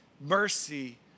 mercy